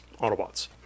autobots